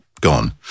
gone